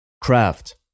craft